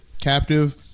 captive